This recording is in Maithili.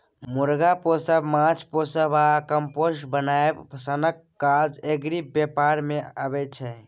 मुर्गा पोसब, माछ पोसब आ कंपोस्ट बनाएब सनक काज एग्री बेपार मे अबै छै